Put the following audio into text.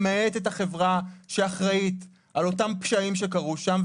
למעט את החברה שאחראית על אותם פשעים שקרו שם.